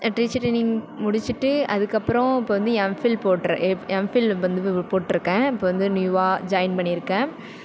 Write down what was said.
teacher training முடிச்சுட்டு அதுக்கப்புறம் இப்போ வந்து எம்ஃபில் போடுறேன் எ எம்ஃபில் வந்து போட்டிருக்கேன் இப்போ வந்து நியூவாக ஜாயின் பண்ணியிருக்கேன்